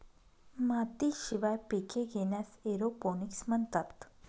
मातीशिवाय पिके घेण्यास एरोपोनिक्स म्हणतात